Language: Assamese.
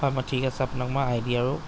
হয় মই ঠিক আছে আপোনাক মই আই ডি আৰু